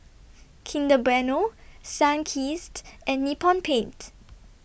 Kinder Bueno Sunkist and Nippon Paint